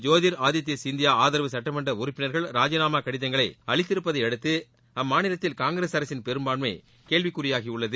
ஜோதிர் ஆதித்ய சிந்தியா ஆதரவு சட்டமன்ற உறுப்பினர்கள் ராஜினாமா கடிதங்களை அளித்திருப்பதை அடுத்து அம்மாநிலத்தில் காங்கிரஸ் அரசின் பெரும்பான்மை கேள்விகுறியாகி உள்ளது